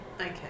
Okay